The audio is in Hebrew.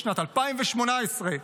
בשנת 2018,